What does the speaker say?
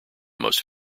most